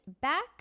back